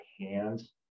hands